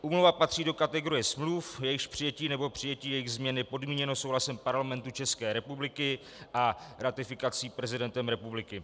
Úmluva patří do kategorie smluv, jejichž přijetí nebo přijetí jejich změn je podmíněno souhlasem Parlamentu České republiky a ratifikací prezidentem republiky.